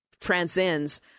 transcends